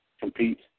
compete